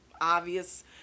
obvious